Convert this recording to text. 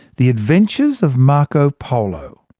the adventures of marco polo.